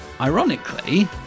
Ironically